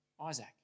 Isaac